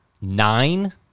nine